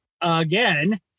again